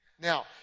Now